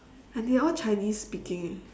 and they are all chinese speaking eh